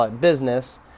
business